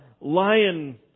lion